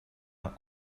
not